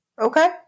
Okay